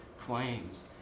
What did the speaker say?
claims